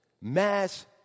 Mass